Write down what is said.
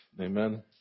Amen